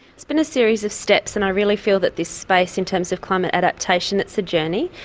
it's been a series of steps, and i really feel that this space in terms of climate adaptation, it's a journey.